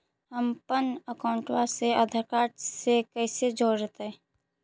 हमपन अकाउँटवा से आधार कार्ड से कइसे जोडैतै?